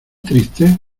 triste